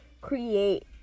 create